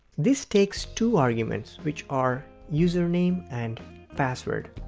this takes two arguments which are username and password.